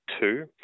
Two